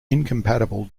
incompatible